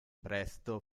presto